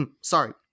sorry